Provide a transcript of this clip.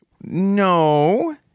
No